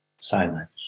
Silence